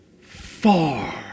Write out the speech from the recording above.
far